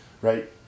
right